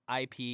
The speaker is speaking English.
IP